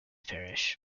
parish